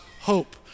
hope